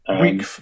Week